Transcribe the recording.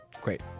Great